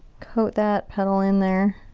coat that petal in there.